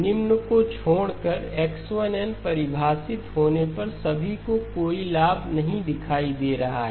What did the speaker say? निम्न को छोड़कर X1 n परिभाषित होने पर सभी को कोई लाभ नहीं दिखाई दे रहा है